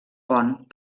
pont